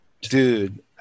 Dude